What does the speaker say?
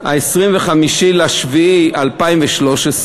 25 ביולי 2013,